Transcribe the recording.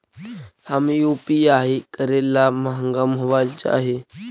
हम यु.पी.आई करे ला महंगा मोबाईल चाही?